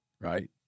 right